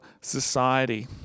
society